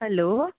hello